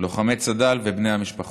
לוחמי צד"ל ובני המשפחות,